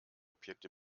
objekt